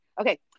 okay